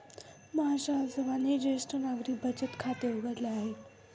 माझ्या आजोबांनी ज्येष्ठ नागरिक बचत खाते उघडले आहे